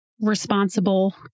Responsible